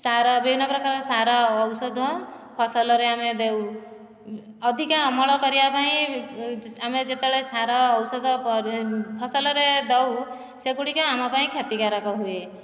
ସାର ବିଭିନ୍ନ ପ୍ରକାର ସାର ଔଷଧ ଫସଲରେ ଆମେ ଦେଉ ଅଧିକା ଅମଳ କରିଆ ପାଇଁ ଆମେ ଯେତେବେଳେ ସାର ଔଷଧ ଫସଲରେ ଦେଉ ସେଗୁଡ଼ିକ ଆମ ପାଇଁ କ୍ଷତିକାରକ ହୁଏ